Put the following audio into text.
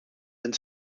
and